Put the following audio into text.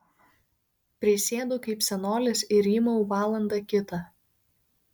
prisėdu kaip senolis ir rymau valandą kitą